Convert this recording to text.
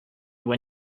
when